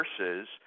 versus